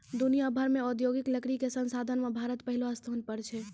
दुनिया भर मॅ औद्योगिक लकड़ी कॅ संसाधन मॅ भारत पहलो स्थान पर छै